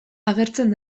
agertzen